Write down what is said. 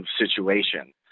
situation